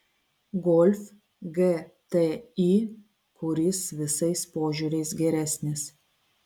golf gti kuris visais požiūriais geresnis